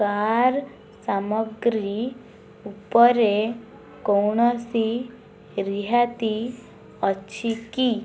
car ସାମଗ୍ରୀ ଉପରେ କୌଣସି ରିହାତି ଅଛି କି